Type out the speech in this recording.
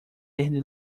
desde